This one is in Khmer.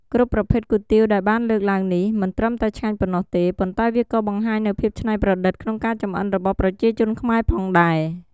គ្រប់ប្រភេទគុយទាវដែលបានលើកឡើងនេះ មិនត្រឹមតែឆ្ងាញ់ប៉ុណ្ណោះទេ ប៉ុន្តែវាក៏បង្ហាញនូវភាពច្នៃប្រឌិតក្នុងការចម្អិនរបស់ប្រជាជនខ្មែរផងដែរ។